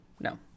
No